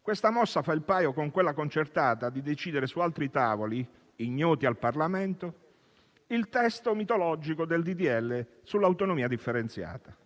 Questa mossa fa il paio con quella concertata di decidere su altri tavoli, ignoti al Parlamento, il testo mitologico del disegno di legge sull'autonomia differenziata.